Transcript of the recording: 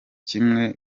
kimwe